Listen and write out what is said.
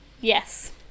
Yes